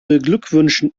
beglückwünschen